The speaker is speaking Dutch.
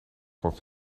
voor